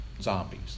zombies